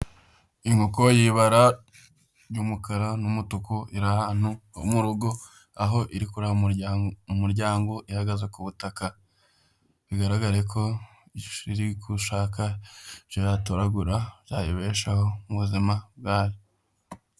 Inkoko y'ibara ry'umukara n'umutuku, iri ahantu mu rugo aho iri kureba mu muryango ihagaze ku butaka. Bigaragare ko iri gushaka ibyo yatoragura byayibeshaho mu buzima bwayo.